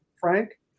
Frank